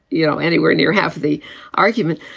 you know, anywhere near half the argument,